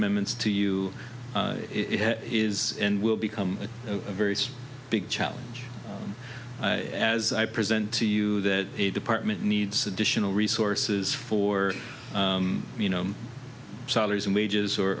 amendments to you it is and will become a very big challenge as i present to you that a department needs additional resources for you know salaries and wages